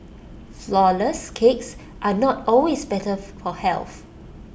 Flourless Cakes are not always better for health